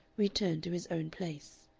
return to his own place.